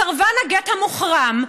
סרבן הגט המוחרם,